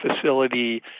facility